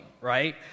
right